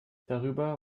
darüber